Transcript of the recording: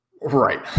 Right